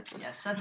Yes